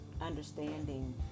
understanding